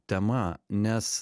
tema nes